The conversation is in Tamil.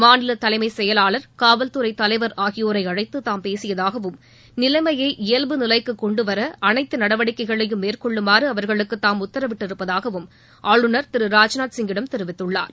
மாநில தலைமை செயலாளர் காவல்துறை தலைவர் ஆகியோரை அழைத்து தாம் பேசியதாகவும் நிலைமைய இயல்பு நிலைக்கு கொண்டுவர அனைத்து நடவடிக்கைகளையும் மேற்கொள்ளுமாறு அவர்களுக்கு தாம் உத்தரவிட்டிருப்பதாகவும் ஆளுநர் திரு ராஜ்நாத் சிங்கிடம் தெரிவித்துள்ளார்